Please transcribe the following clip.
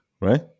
right